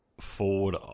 forward